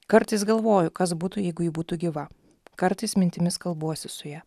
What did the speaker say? kartais galvoju kas būtų jeigu ji būtų gyva kartais mintimis kalbuosi su ja